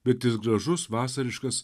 bet jis gražus vasariškas